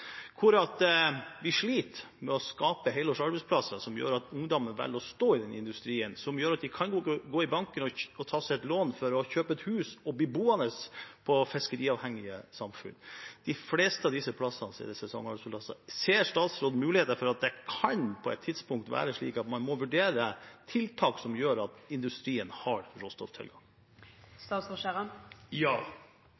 hvor man sliter med å skape helårsarbeidsplasser, som gjør at ungdommene velger å stå i denne industrien, og som gjør at de kan gå i banken og ta opp et lån for å kjøpe et hus og bli boende i fiskeriavhengige samfunn. De fleste av disse stedene er det sesongarbeidsplasser. Ser statsråden noen mulighet for at det på et tidspunkt kan bli slik at man må vurdere tiltak som gjør at industrien har råstofftilgang?